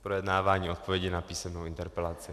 Projednávání odpovědi na písemnou interpelaci.